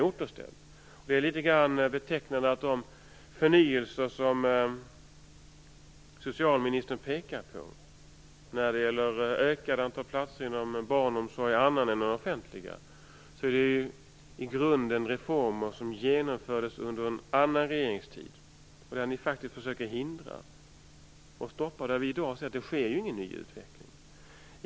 Det är litet grand betecknande att de förnyelser som socialministern pekar på när det gäller ökat antal platser inom annan barnomsorg än den offentliga i grunden är reformer som genomfördes under en annan regeringstid. Dessa försöker ni förhindra, för vi ser ju i dag att det inte sker någon utveckling.